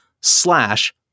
slash